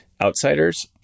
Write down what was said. outsiders